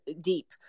deep